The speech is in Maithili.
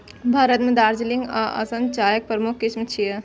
भारत मे दार्जिलिंग आ असम चायक प्रमुख किस्म छियै